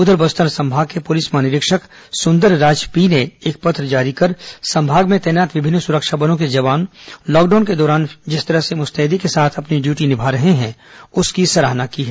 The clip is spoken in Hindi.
उधर बस्तर संभाग के पुलिस महानिरीक्षक सुंदरराज पी ने एक पत्र जारी कर संभाग में तैनात विभिन्न सुरक्षा बलों के जवान लॉकडाउन के दौरान जिस तरह से मुस्तैदी के साथ अपनी ड्यूटी निमा रहे हैं उसकी सराहना की है